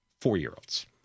four-year-olds